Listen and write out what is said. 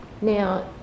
Now